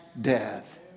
death